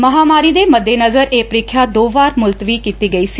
ਮਹਾਂਮਾਰੀ ਦੇ ਮੱਦੇਨਜਰ ਇਹ ਪ੍ਰੀਖਿਆ ਦੋ ਵਾਰ ਮੁਲਤਵੀ ਕੀਤੀ ਗਈ ਸੀ